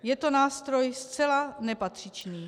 Je to nástroj zcela nepatřičný.